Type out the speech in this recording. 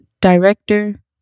director